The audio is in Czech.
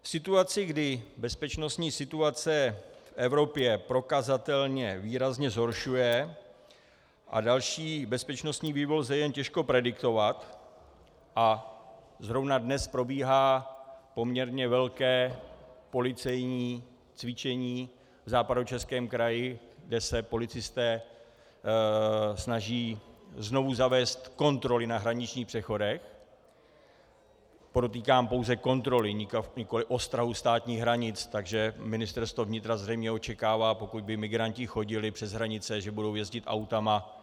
V situaci, kdy se bezpečnostní situace v Evropě prokazatelně výrazně zhoršuje a další bezpečnostní vývoj lze jen těžko predikovat a zrovna dnes probíhá poměrně velké policejní cvičení v Západočeském kraji, kde se policisté snaží znovu zavést kontroly na hraničních přechodech, podotýkám, pouze kontroly, nikoliv ostrahu státních hranic, takže Ministerstvo vnitra zřejmě očekává, pokud by migranti chodili přes hranice, že budou jezdit auty...